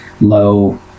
low